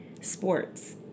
sports